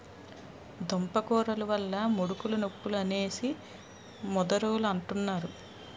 దుంపకూరలు వల్ల ముడుకులు నొప్పులు అనేసి ముదరోలంతన్నారు